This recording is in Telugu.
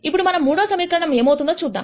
ఇప్పుడు మనం మూడో సమీకరణము ఏమౌతుందో చూద్దాం